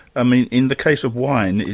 i mean in the case of wine,